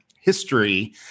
history